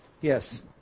Yes